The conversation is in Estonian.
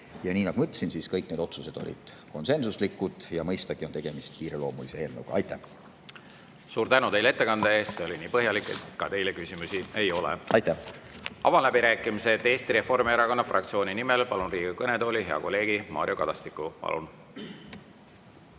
Nii nagu ma ütlesin, kõik need otsused olid konsensuslikud. Ja mõistagi on tegemist kiireloomulise eelnõuga. Aitäh! Suur tänu teile ettekande eest! See oli nii põhjalik, et ka teile küsimusi ei ole. Avan läbirääkimised. Eesti Reformierakonna fraktsiooni nimel palun Riigikogu kõnetooli hea kolleegi Mario Kadastiku. Palun!